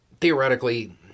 theoretically